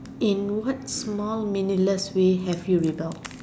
in what small meaningless way have you without